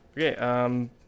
Okay